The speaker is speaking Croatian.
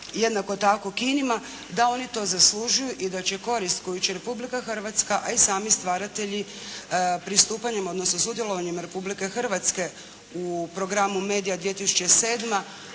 jednako tako kinima da oni to zaslužuju i da će korist koju će Republika Hrvatska a i sami stvaratelji pristupanjem, odnosno sudjelovanjem Republike Hrvatske u programu MEDIA 2007.